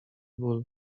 ból